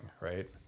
right